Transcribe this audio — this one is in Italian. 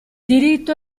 diritto